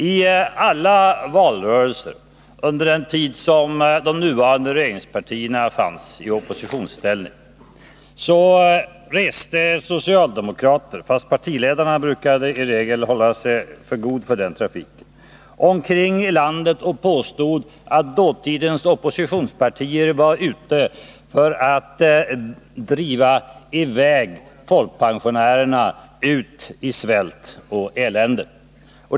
I alla valrörelser under den tid som de nuvarande regeringspartierna fanns i oppositionsställning reste socialdemokrater — fast partiledarna brukade i regel hålla sig för goda för den trafiken — omkring i landet och påstod att dåtidens oppositionspartier var ute för att driva folkpensionärerna ut i svält och elände.